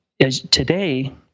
today